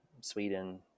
Sweden